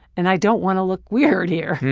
and i don't want to look weird here.